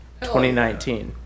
2019